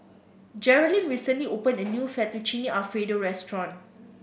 Jerilynn recently opened a new Fettuccine Alfredo Restaurant